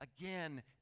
again